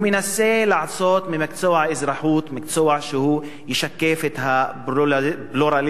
הוא מנסה לעשות ממקצוע האזרחות מקצוע שישקף את הפלורליזם,